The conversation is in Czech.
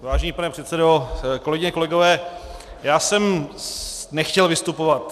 Vážený pane předsedo, kolegyně, kolegové, já jsem nechtěl vystupovat.